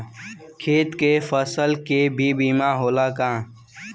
खेत के फसल के भी बीमा होला का?